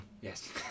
Yes